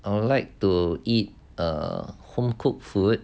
I would like to eat a home cooked food